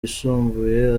yisumbuye